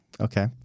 okay